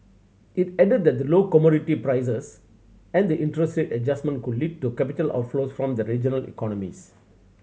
it added that the low commodity prices and the interest rate adjustment could lead to capital outflows from regional economies